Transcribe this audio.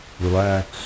relax